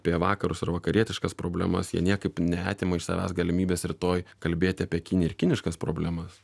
apie vakarus ir vakarietiškas problemas jie niekaip neatima iš savęs galimybės rytoj kalbėti apie kiniją ir kiniškas problemas